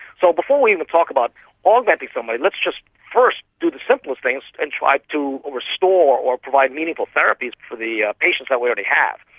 so before we even talk about augmenting somebody let's just first do the simplest thing so and try to restore or provide meaningful therapies for the patients that we already have.